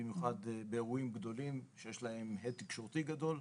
במיוחד באירועים גדולים שיש להם הד תקשורתי גדול,